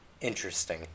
interesting